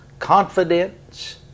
Confidence